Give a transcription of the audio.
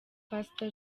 pastor